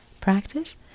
practice